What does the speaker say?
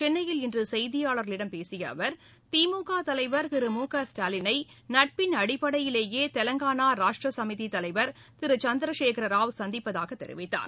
சென்னையில் இன்று கெய்தியாளர்களிடம் பேசிய அவர் திமுக தலைவர் திரு மு க ஸ்டாலினை நட்பின் அடிப்படையிலேயே தெலங்கான ராஷ்ட்ர சமீதி தலைவர் திரு சந்திரசேகரராவ் சந்திப்பதாகத் தெரிவித்தார்